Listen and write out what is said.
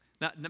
Now